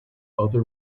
other